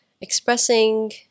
expressing